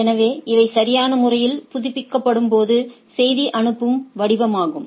எனவே இவை சரியான முறையில் புதுப்பிக்கப்படும் போது செய்தி அனுப்பும் வடிவமாகும்